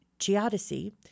Geodesy